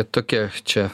tokia čia